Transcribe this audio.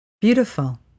Beautiful